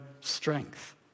strength